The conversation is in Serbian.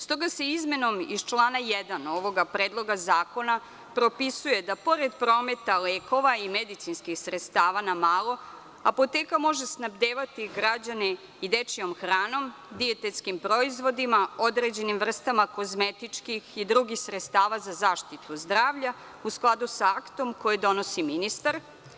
S toga se izmenom iz člana 1. ovog predloga zakona propisuje da pored prometa lekova i medicinskih sredstava na malo, apoteka može snabdevati građane i dečijom hranom, dijetetskim proizvodima, određenim vrstama kozmetičkih i drugih sredstava za zaštitu zdravlja u skladu sa aktom koji donosi ministar.